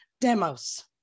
demos